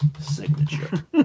signature